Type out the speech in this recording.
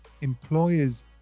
employers